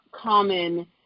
common